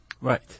Right